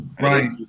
right